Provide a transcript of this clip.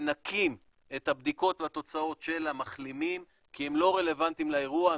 מנכים את הבדיקות והתוצאות של המחלימים כי הם לא רלוונטיים לאירוע.